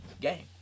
game